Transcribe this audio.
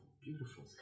Beautiful